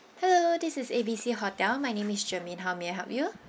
hello this is A B C hotel my name is germaine how may I help you